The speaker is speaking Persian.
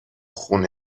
خون